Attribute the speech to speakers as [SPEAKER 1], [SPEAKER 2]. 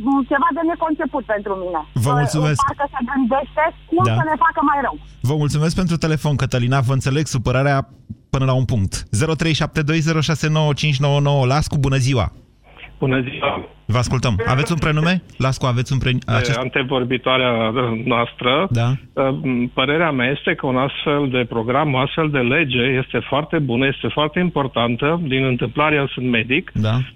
[SPEAKER 1] ceva de neconceput pentru mine.
[SPEAKER 2] Vă mulțumesc.
[SPEAKER 1] În parcă se gândește cum
[SPEAKER 2] Da.
[SPEAKER 1] să ne facă mai rău.
[SPEAKER 2] Vă mulțumesc pentru telefon, Cătălina. Vă înțeleg supărarea până la un punct. 0372069599. Lascu, bună ziua.
[SPEAKER 3] Bună ziua.
[SPEAKER 2] Vă ascultăm. Aveți un prenume? Lascu, aveți un pre-
[SPEAKER 3] E,
[SPEAKER 2] acest-
[SPEAKER 3] antevorbitoarea, uh, noastră.
[SPEAKER 2] Da.
[SPEAKER 3] Uh, m- părerea mea este că un astfel de program, un astfel de lege este foarte bun, este foarte importantă. Din întâmplare, eu sunt medic.
[SPEAKER 2] Da.